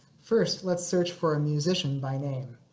first, let's search for a musician by name.